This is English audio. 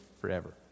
forever